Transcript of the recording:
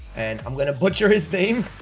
and i'm gonna butcher his name